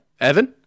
Evan